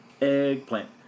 Eggplant